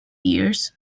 years